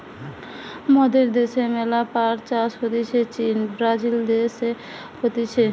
মোদের দ্যাশে ম্যালা পাট চাষ হতিছে চীন, ব্রাজিল দেশে হতিছে